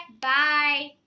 bye